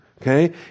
okay